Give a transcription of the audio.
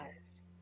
eyes